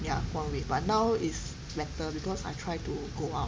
ya put on weight but now is better because I try to go out